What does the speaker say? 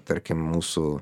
tarkim mūsų